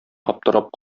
аптырап